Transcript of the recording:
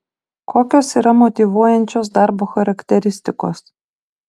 kokios yra motyvuojančios darbo charakteristikos